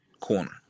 corner